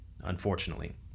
unfortunately